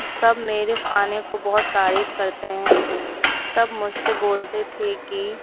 سب میرے کھانے کو بہت تعریف کرتے ہیں سب مجھ سے بولتے تھے کہ